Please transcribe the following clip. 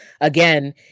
again